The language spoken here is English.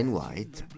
White